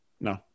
No